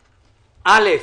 א',